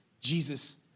Jesus